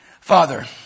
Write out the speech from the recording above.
Father